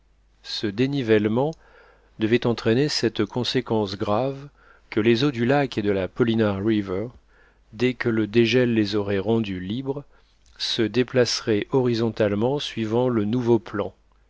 ce dénivellement devait entraîner cette conséquence grave que les eaux du lac et de la paulina river dès que le dégel les aurait rendues libres se déplaceraient horizontalement suivant le nouveau plan